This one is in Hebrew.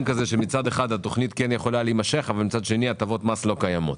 שמצד אחד התוכנית יכולה להימשך ומצד שני הטבות המס לא קיימות.